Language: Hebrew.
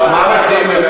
מה זה פבלוב?